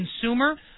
consumer